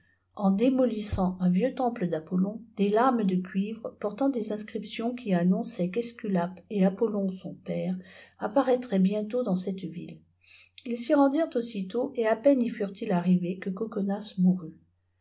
en démolissant un vieux temple d'apollon des lames de cùfvre portant des inscription qui amionçâieiit qa ëscuiape et aitouon son père apparaîtraient bientôt dans cette ville ils s'y ii dirent aussitôt et à peine y fureittils ajprîvéi que coçonas mourut